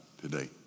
today